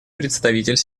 представитель